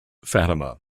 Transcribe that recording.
fatima